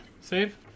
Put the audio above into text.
save